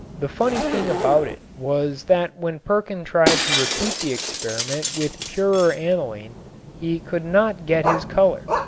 the funny thing about it was that when perkin tried to repeat the experiment with purer aniline he could not get his color.